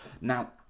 Now